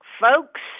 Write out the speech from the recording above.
Folks